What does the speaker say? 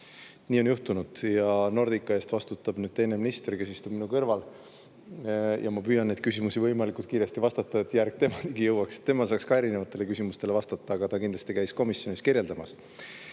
Nii on juhtunud ja Nordica eest vastutab nüüd teine minister, kes istub minu kõrval. Ma püüan neile küsimustele võimalikult kiiresti vastata, et järg ka temani jõuaks ja ta saaks erinevatele küsimustele vastata, aga ta kindlasti käis seda [teemat]